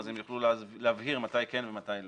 אז הם יוכלו להבהיר מתי כן ומתי לא.